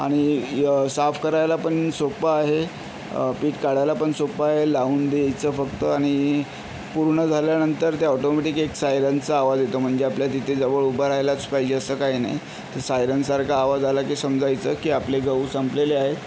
आणि साफ करायला पण सोप्पं आहे पीठ काढायला पण सोप्पं आहे लावून द्यायचं फक्त आणि पूर्ण झाल्यानंतर ते ऑटोमॅटिक एक सायरनचा आवाज येतो म्हणजे आपल्या तिथे जवळ उभं राहिलाच पाहिजे असं काही नाही ते सायरन सारखा आवाज आला की समजायचं की आपले गहू संपलेले आहे